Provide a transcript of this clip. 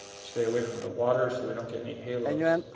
stay away from the water so we don't get any halos.